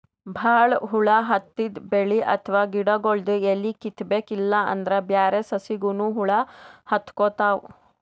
ಭಾಳ್ ಹುಳ ಹತ್ತಿದ್ ಬೆಳಿ ಅಥವಾ ಗಿಡಗೊಳ್ದು ಎಲಿ ಕಿತ್ತಬೇಕ್ ಇಲ್ಲಂದ್ರ ಬ್ಯಾರೆ ಸಸಿಗನೂ ಹುಳ ಹತ್ಕೊತಾವ್